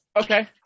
Okay